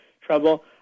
trouble